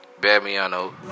Badmiano